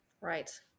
Right